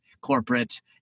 corporate